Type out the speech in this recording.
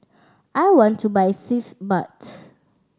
I want to buy Sitz Bath